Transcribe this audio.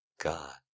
God